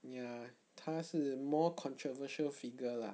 ya 他是 more controversial figure lah